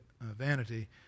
vanity